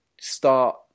start